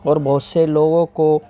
اور بہت سے لوگوں کو